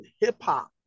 hip-hop